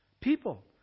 people